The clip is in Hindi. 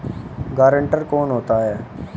गारंटर कौन होता है?